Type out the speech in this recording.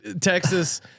Texas